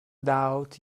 doubt